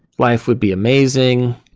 life would be amazing,